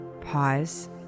Pause